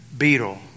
beetle